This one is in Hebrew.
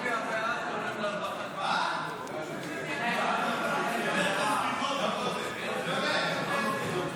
קנייה על טובין (תיקון מס' 8 והוראת שעה מס' 10),